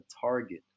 target